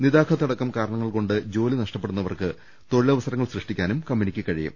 Nitaqat അടക്കം കാരണങ്ങൾ കൊണ്ട് ജോലി നഷ്ടപ്പെടുന്നവർക്ക് തൊഴിലവസരങ്ങൾ സൃഷ്ടിക്കാനും കമ്പനിക്ക് കഴിയും